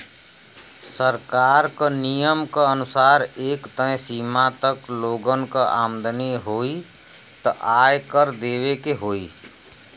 सरकार क नियम क अनुसार एक तय सीमा तक लोगन क आमदनी होइ त आय कर देवे के होइ